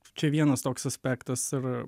čia vienas toks aspektas ir